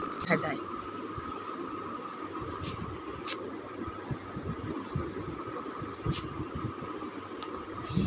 ব্যবহার্য ব্যাঙ্ক থেকে ঋণ নিলে অনলাইনে ব্যাঙ্ক স্টেটমেন্ট বা বিবৃতি দেখা যায়